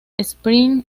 spring